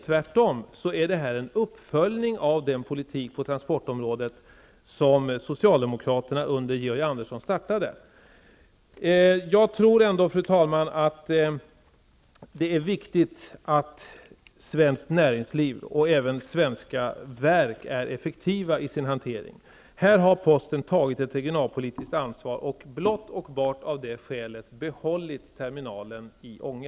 Tvärtom är detta en uppföljning av den politik på transportområdet som socialdemokraterna startade under Georg Anderssons ledning. Jag tror ändå, fru talman, att det är viktigt att svenskt näringsliv och även svenska verk är effektiva i sin hantering. Här har posten tagit ett regionalpolitiskt ansvar och blott och bart av det skälet behållit terminalen i Ånge.